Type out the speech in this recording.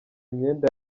imyenda